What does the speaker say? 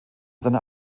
seiner